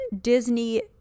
Disney